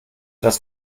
das